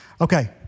Okay